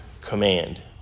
command